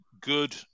good